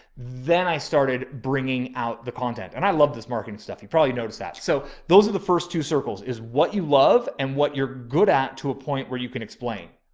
then i started bringing out the content and i love this marketing stuff. you've probably noticed that. so those are the first two circles is what you love and what you're good at to a point where you can explain.